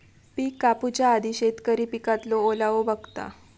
पिक कापूच्या आधी शेतकरी पिकातलो ओलावो बघता